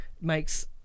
makes